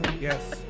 yes